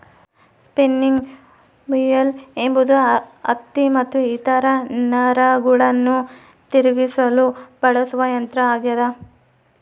spinning mule ಎಂಬುದು ಹತ್ತಿ ಮತ್ತು ಇತರ ನಾರುಗಳನ್ನು ತಿರುಗಿಸಲು ಬಳಸುವ ಯಂತ್ರ ಆಗ್ಯದ